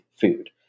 food